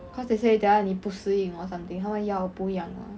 cause they say 等下你不适应 or something 他们药不一样的